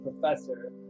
professor